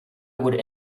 would